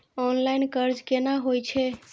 Online कर्ज केना होई छै?